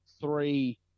Three